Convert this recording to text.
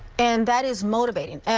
and that is motivating. and